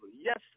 Yes